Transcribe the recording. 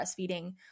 breastfeeding